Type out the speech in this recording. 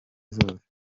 zose